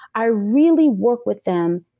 i really work with them